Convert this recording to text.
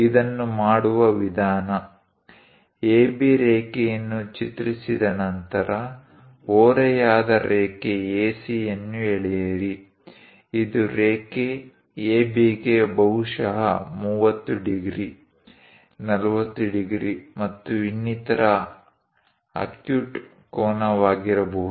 ಇದನ್ನು ಮಾಡುವ ವಿಧಾನ AB ರೇಖೆಯನ್ನು ಚಿತ್ರಿಸಿದ ನಂತರ ಓರೆಯಾದ ರೇಖೆ AC ಯನ್ನು ಎಳೆಯಿರಿ ಇದು ರೇಖೆ AB ರೇಖೆಗೆ ಬಹುಶಃ 30 ಡಿಗ್ರಿ 40 ಡಿಗ್ರಿ ಮತ್ತು ಇನ್ನಿತರ ಅಕ್ಯೂಟ್ ಕೋನವಾಗಿರಬಹುದು